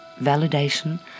validation